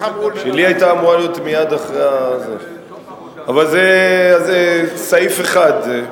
שלי היתה אמורה להיות מייד אחרי, אבל זה סעיף אחד.